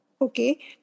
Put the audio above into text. Okay